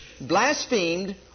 blasphemed